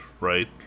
right